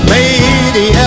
Lady